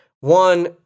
one